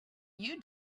you